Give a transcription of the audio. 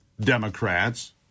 Democrats